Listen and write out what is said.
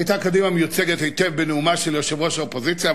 היתה קדימה מיוצגת היטב בנאומה של יושבת-ראש האופוזיציה,